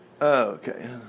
Okay